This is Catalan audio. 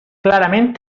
clarament